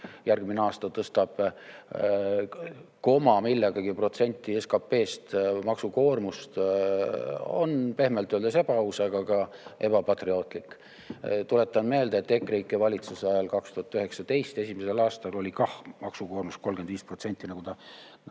järgmine aasta tõstab koma millegagi protsenti SKP-st maksukoormust, on pehmelt öeldes ebaaus, aga ka ebapatriootlik. Tuletan meelde, et EKREIKE valitsuse esimesel aastal 2019 oli kah maksukoormus 35%, nagu ta